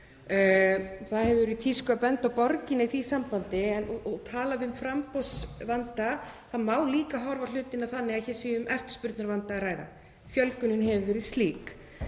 Það hefur verið í tísku að benda á borgina í því sambandi og talað um framboðsvanda. Það má líka horfa á hlutina þannig að hér sé um eftirspurnarvanda að ræða, fjölgunin hefur verið slík.